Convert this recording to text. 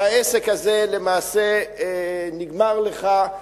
והעסק הזה למעשה נגמר לך,